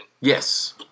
Yes